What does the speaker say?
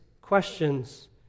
questions